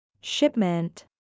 Shipment